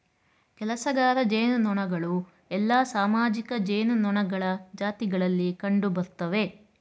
ಕೆಲಸಗಾರ ಜೇನುನೊಣಗಳು ಎಲ್ಲಾ ಸಾಮಾಜಿಕ ಜೇನುನೊಣಗಳ ಜಾತಿಗಳಲ್ಲಿ ಕಂಡುಬರ್ತ್ತವೆ